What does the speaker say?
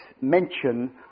mention